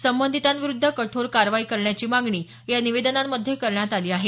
संबंधिताविरूद्ध कठोर कारवाई करण्याची मागणी या निवेदनांमध्ये करण्यात आली आहे